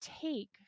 take